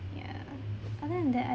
yeah I think that I